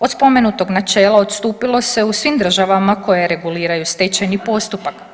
Od spomenutog načela odstupilo se u svim državama koje reguliraju stečajni postupak.